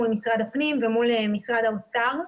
מול משרד הפנים ומול משרד האוצר,